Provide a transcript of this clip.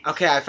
Okay